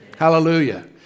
hallelujah